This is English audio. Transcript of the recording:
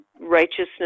righteousness